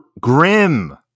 Grim